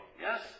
Yes